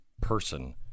person